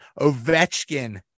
Ovechkin